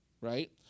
right